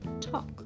talk